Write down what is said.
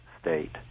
state